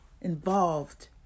involved